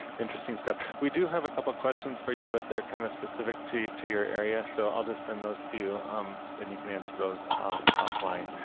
interesting stuff. we do have a couple of questions for you, but they're kind of specific to to your area. so, i'll just send those to you um and you can answer those offline.